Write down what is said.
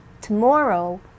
tomorrow